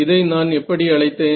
இதை நான் எப்படி அழைத்தேன்